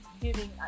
giving